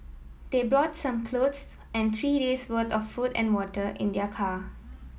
they brought some clothes and three days' worth of food and water in their car